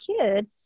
kid